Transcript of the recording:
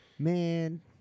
Man